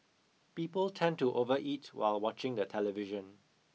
people tend to overeat while watching the television